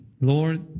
Lord